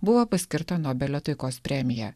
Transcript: buvo paskirta nobelio taikos premija